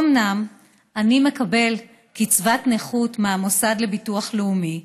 אומנם אני מקבל קצבת נכות מהמוסד לביטוח לאומי,